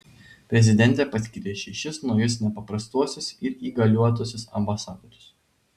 prezidentė paskyrė šešis naujus nepaprastuosius ir įgaliotuosiuos ambasadorius